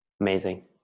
Amazing